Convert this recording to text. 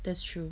that's true